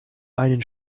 einen